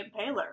Impaler